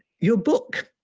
your book,